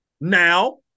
now